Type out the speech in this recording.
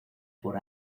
por